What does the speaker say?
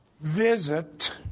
visit